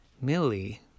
Millie